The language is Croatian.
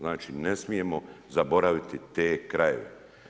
Znači ne smijemo zaboraviti te krajeve.